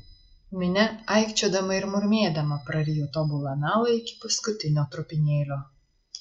minia aikčiodama ir murmėdama prarijo tobulą melą iki paskutinio trupinėlio